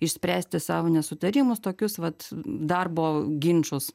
išspręsti savo nesutarimus tokius vat darbo ginčus